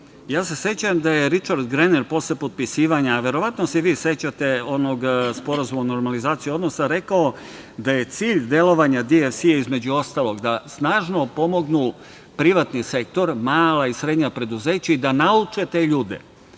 Ja se sećam da je Ričard Grener posle potpisivanja, verovatno se i vi sećate onog Sporazuma o normalizaciji odnosa, rekao, da je cilj delovanja DFC između ostalog da snažno pomognu privatni sektor, mala i srednja preduzeća i da nauče te ljude,